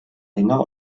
ringer